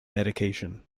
medication